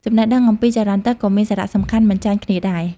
ចំណេះដឹងអំពីចរន្តទឹកក៏មានសារៈសំខាន់មិនចាញ់គ្នាដែរ។